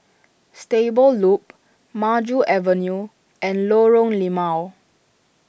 Stable Loop Maju Avenue and Lorong Limau